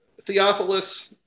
Theophilus